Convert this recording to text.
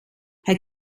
hij